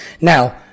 Now